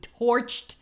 torched